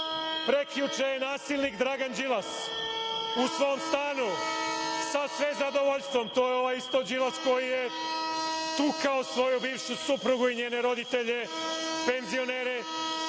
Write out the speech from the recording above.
Prekjuče je nasilnik Dragan Đilas u svom stanu, sa sve zadovoljstvom, to je ovaj Đilas koji je tukao svoju bivšu suprugu i njene roditelje penzionere,